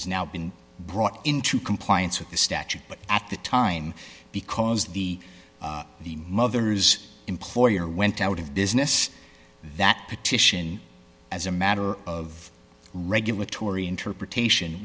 has now been brought into compliance with the statute but at the time because the mother's employer went out of business that petition as a matter of regulatory interpretation